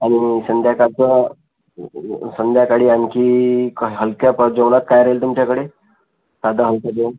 आणि संध्याकाळचं संध्याकाळी आणखी क् हलक्या प् जेवणात काय राहील तुमच्याकडे साधं हलकं जेवण